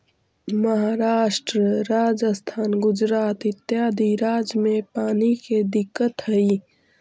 महाराष्ट्र, राजस्थान, गुजरात इत्यादि राज्य में पानी के दिक्कत हई